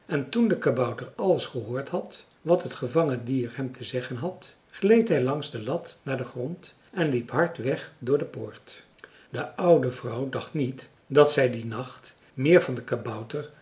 en toen de kabouter alles gehoord had wat het gevangen dier hem te zeggen had gleed hij langs de lat naar den grond en liep hard weg door de poort de oude vrouw dacht niet dat zij dien nacht meer van den kabouter